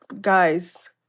guys